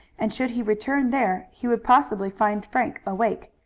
and should he return there he would possibly find frank awake,